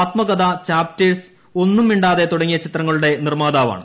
Athmakatha Chapters Onnum Mindathe തുടങ്ങിയ ചിത്രങ്ങളുടെ നിർമാതാവാണ്